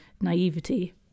naivety